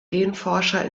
genforscher